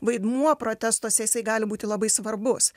vaidmuo protestuose jisai gali būti labai svarbus